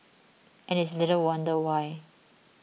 and it's little wonder why